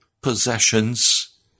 possessions